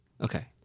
Okay